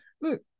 Look